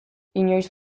inoiz